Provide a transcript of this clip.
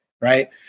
right